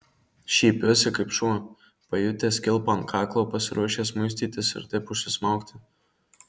šiepiuosi kaip šuo pajutęs kilpą ant kaklo pasiruošęs muistytis ir taip užsismaugti